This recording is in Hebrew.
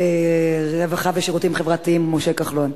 שר הרווחה והשירותים החברתיים משה כחלון.